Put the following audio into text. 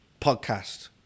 podcast